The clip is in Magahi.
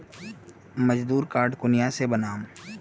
मजदूर कार्ड कुनियाँ से बनाम?